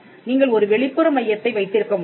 நீங்கள் ஒரு வெளிப்புற மையத்தை வைத்திருக்க முடியும்